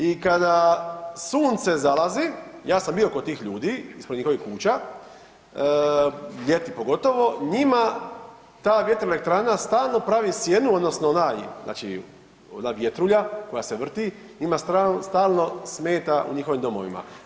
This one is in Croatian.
I kada sunce zalazi ja sam bio kod tih ljudi, ispred njihovih kuća, ljeti pogotovo, njima ta vjetroelektrana stalno pravi sjenu odnosno onaj znači ona vjetrulja koja se vrti njima stalno smeta u njihovim domovima.